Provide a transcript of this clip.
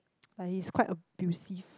like he's quite abusive